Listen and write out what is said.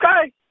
Okay